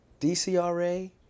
DCRA